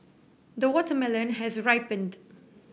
the watermelon has ripened